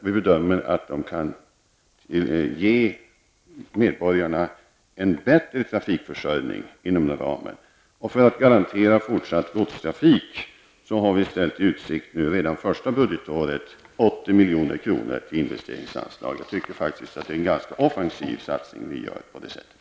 Vi bedömer att de kan ge medborgarna en bättre trafikförsörjning inom den ramen. För att garantera fortsatt godstrafik har vi ställt i utsikt 80 milj.kr. i investeringsanslag redan första budgetåret. Jag tycker faktiskt att det är en ganska offensiv satsning vi på det sättet gör.